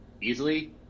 easily